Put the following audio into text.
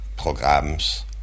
programs